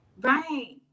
Right